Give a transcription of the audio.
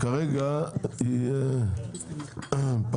כרגע היא פחות.